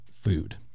food